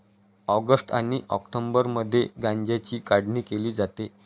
August आणि ऑक्टोबरमध्ये गांज्याची काढणी केली जाते